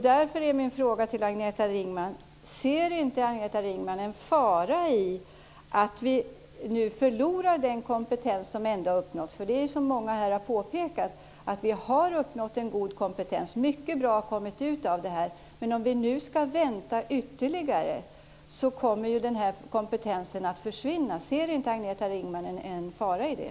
Därför är min fråga: Ser inte Agneta Ringman en fara i att vi nu förlorar den kompetens som ändå har uppnåtts? Det är ju, som många här har påpekat, så att vi har uppnått en god kompetens - mycket bra har kommit ut av det här - men om vi nu ska vänta ytterligare kommer ju den kompetensen att försvinna. Ser inte Agneta Ringman en fara i det?